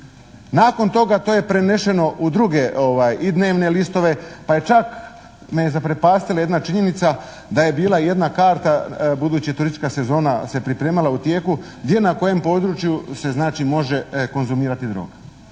Nakon toga to je prenešeno u druge i dnevne listove pa je čak me je zaprepastila jedna činjenica da je bila jedna karta buduća turistička sezona se priprema u tijeku gdje na kojem području se znači može konzumirati droga.